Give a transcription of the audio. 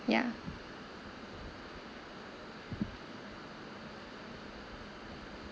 ya